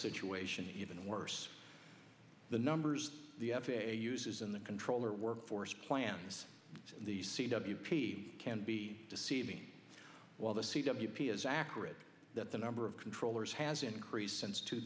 situation even worse the numbers the f a a uses in the controller workforce plans the c w p can be deceiving while the c w p is accurate that the number of controllers has increased since two